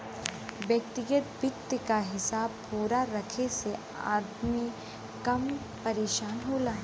व्यग्तिगत वित्त क हिसाब पूरा रखे से अदमी कम परेसान होला